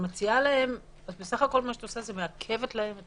את מעכבת להם את